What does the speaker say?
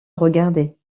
regardait